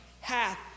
hath